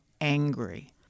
angry